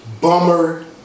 Bummer